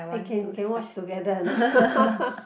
eh can can watch together a not